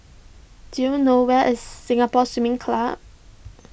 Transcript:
do you know where is Singapore Swimming Club